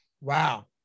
wow